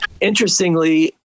interestingly